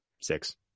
six